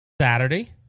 Saturday